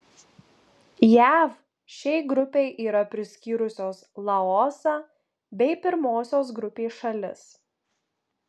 jav šiai grupei yra priskyrusios laosą bei pirmosios grupės šalis